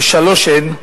ושלוש הן,